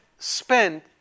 spend